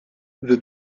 the